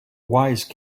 wise